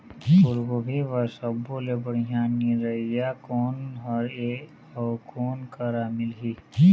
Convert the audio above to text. फूलगोभी बर सब्बो ले बढ़िया निरैया कोन हर ये अउ कोन करा मिलही?